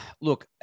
look